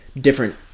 different